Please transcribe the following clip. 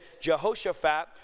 Jehoshaphat